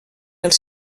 els